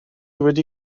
wedi